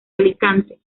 alicante